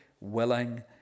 willing